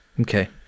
Okay